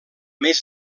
més